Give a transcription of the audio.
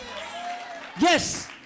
yes